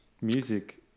Music